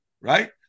right